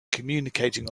communicating